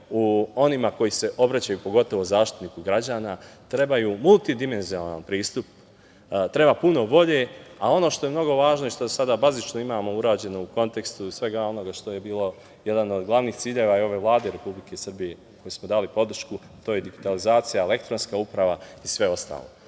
u onima koji se obraćaju, pogotovo Zaštitniku građana trebaju multidimenzionalan pristup, treba puno volje, a ono što je mnogo važno i što sada bazično imamo urađeno u kontekstu svega onoga što je bio jedan od glavnih ciljeva i ove Vlade Republike Srbije kojoj smo dali podršku to je digitalizacija, elektronska uprava i sve ostalo. Mi